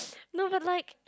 no that like